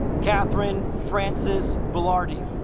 kathryn francis velarde